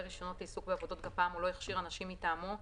רישיונות לעיסוק בעבודות גפ"מ או לא הכשיר אנשים מטעמו,